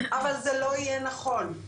אבל זה לא יהיה נכון.